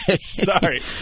Sorry